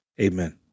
Amen